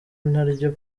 naryo